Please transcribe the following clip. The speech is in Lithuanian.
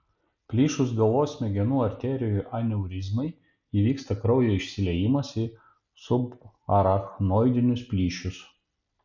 plyšus galvos smegenų arterijų aneurizmai įvyksta kraujo išsiliejimas į subarachnoidinius plyšius